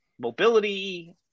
mobility